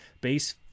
Base